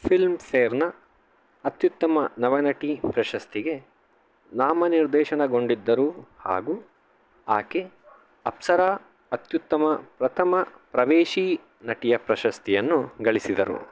film ಫೇರ್ನ ಅತ್ಯುತ್ತಮ ನವನಟಿ ಪ್ರಶಸ್ತಿಗೆ ನಾಮ ನಿರ್ದೇಶನಗೊಂಡಿದ್ದರು ಹಾಗು ಆಕೆ ಅಪ್ಸರಾ ಅತ್ಯುತ್ತಮ ಪ್ರಥಮ ಪ್ರವೇಶಿ ನಟಿಯ ಪ್ರಶಸ್ತಿಯನ್ನು ಗಳಿಸಿದರು